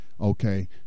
okay